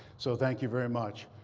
so thank you very much.